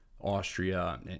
austria